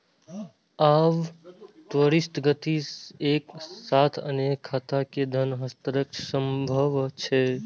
आब त्वरित गति सं एक साथ अनेक खाता मे धन हस्तांतरण संभव छै